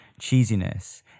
cheesiness